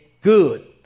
Good